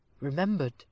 remembered